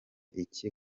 iki